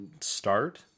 start